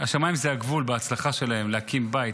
השמיים זה הגבול בהצלחה שלהם להקים בית,